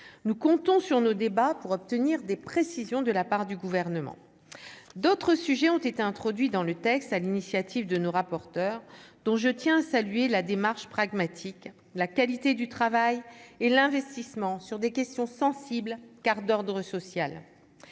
nous comptons sur nos débats pour obtenir des précisions de la part du gouvernement, d'autres sujets ont été introduits dans le texte à l'initiative de nos rapporteurs dont je tiens à saluer la démarche pragmatique, la qualité du travail et l'investissement sur des questions sensibles car d'ordre social,